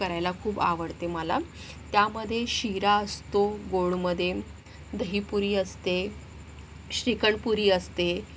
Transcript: करायला खूप आवडते मला त्यामध्ये शिरा असतो गोडमध्ये दहीपुरी असते श्रीखंडपुरी असते